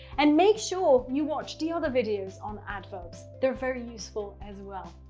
and make sure you watch the other videos on adverbs. they're very useful as well.